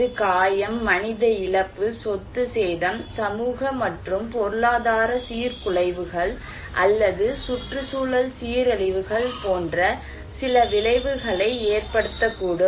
இது காயம் மனித இழப்பு சொத்து சேதம் சமூக மற்றும் பொருளாதார சீர்குலைவுகள் அல்லது சுற்றுச்சூழல் சீரழிவுகள் போன்ற சில விளைவுகளை ஏற்படுத்தக்கூடும்